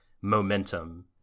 momentum